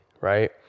Right